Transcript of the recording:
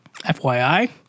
FYI